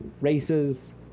races